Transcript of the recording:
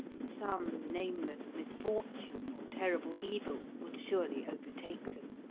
some nameless misfortune or terrible evil would surely overtake them.